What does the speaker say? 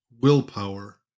willpower